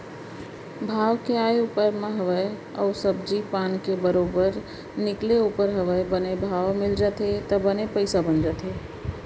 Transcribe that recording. भाव के आय ऊपर म हवय अउ सब्जी पान के बरोबर निकले ऊपर हवय बने भाव मिल जाथे त बने पइसा बन जाथे